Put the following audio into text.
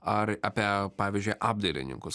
ar apie pavyzdžiui apdailininkus